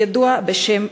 שידוע בשם